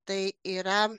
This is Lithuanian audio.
tai yra